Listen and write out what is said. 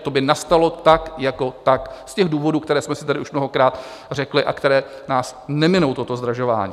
To by nastalo tak jako tak z důvodů, které jsme si tady už mnohokrát řekli a které nás neminou toto zdražování.